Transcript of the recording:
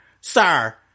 sir